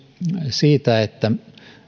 siitä että